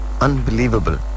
unbelievable